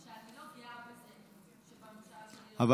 אני לא גאה בזה שבממשלה שלי לא יכולנו להעביר.